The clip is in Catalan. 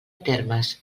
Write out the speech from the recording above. termes